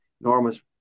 enormous